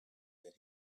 that